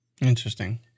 Interesting